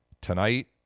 tonight